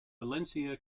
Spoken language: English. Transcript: valencia